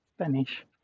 Spanish